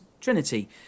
Trinity